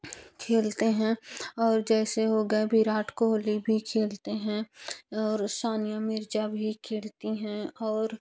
खेलते हैं और जैसे हो गए विराट कोहली भी खेलते हैं और सानिया मिर्ज़ा भी खेलती हैं और